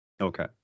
Okay